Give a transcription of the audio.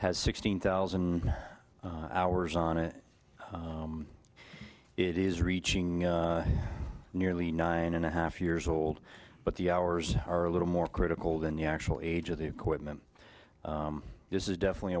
has sixteen thousand hours on it it is reaching nearly nine and a half years old but the hours are a little more critical than the actual age of the equipment this is definitely